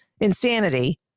insanity